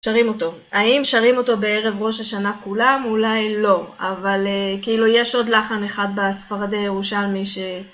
שרים אותו. האם שרים אותו בערב ראש השנה כולם? אולי לא, אבל כאילו, יש עוד לחן אחד בספרדי ירושלמי ש...